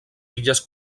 illes